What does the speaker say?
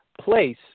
place